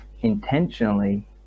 intentionally